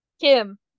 Kim